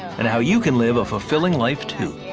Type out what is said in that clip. and how you can live a fulfilling life, too.